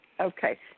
Okay